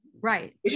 right